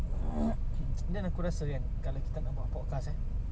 then aku rasakan kalau kita nak buat podcast eh